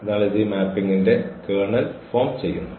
അതിനാൽ ഇത് ഈ മാപ്പിംഗിന്റെ കേർണൽ ഫോം ചെയ്യുന്നു